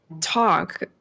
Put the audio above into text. talk